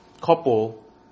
couple